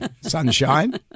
Sunshine